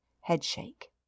headshake